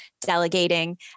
delegating